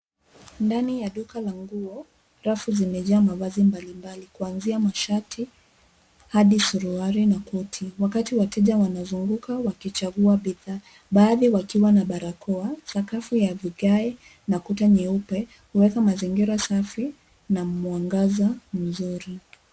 Ndani ya duka la nguo rafu zimejaa mavazi mbalimbali kuanzia mashati hadi suruali na koti. Wakati wateja wanazunguka wakichagua bidhaa baadhi yao wakiwa na barakoa. Sakafu ya vigae na kuta nyeupe huweza mazingira safi na mwangaza mzuri.